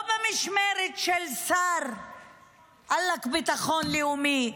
לא במשמרת של שר עאלק לביטחון לאומי,